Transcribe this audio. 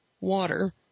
water